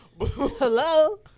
Hello